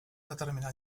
determinar